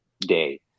day